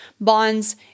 bonds